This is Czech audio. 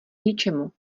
ničemu